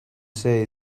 say